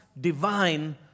divine